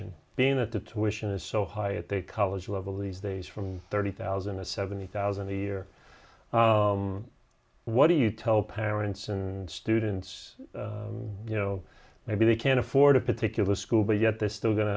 g being at the tuition is so high at the college level these days from thirty thousand to seventy thousand a year what do you told parents and students you know maybe we can't afford a particular school but yet they're still go